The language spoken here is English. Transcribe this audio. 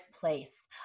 place